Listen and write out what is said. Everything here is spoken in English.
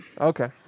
Okay